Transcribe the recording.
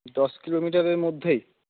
দশ কিলোমিটারের মধ্যেই